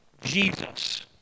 Jesus